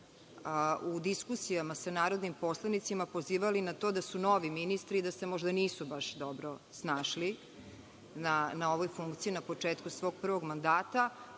u diskusijama sa narodnim poslanicima pozivali na to da su novi ministri i da se možda baš nisu dobro snašli na ovoj funkciji na početku svog prvog mandata,